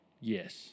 Yes